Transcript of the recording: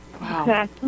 Wow